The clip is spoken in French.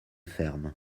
ferme